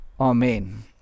Amen